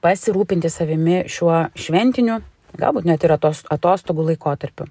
pasirūpinti savimi šiuo šventiniu galbūt net ir atos atostogų laikotarpiu